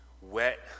Wet